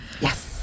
Yes